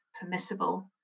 permissible